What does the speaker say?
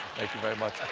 thank you very much.